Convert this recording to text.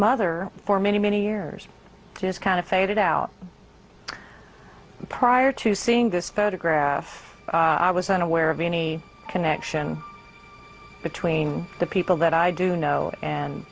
mother for many many years has kind of faded out prior to seeing this photograph i was unaware of any connection between the people that i do know and